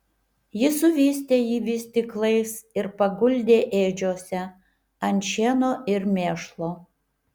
ji suvystė jį vystyklais ir paguldė ėdžiose ant šieno ir mėšlo